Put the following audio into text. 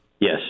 Yes